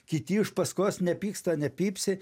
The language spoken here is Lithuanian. kiti iš paskos nepyksta nepypsi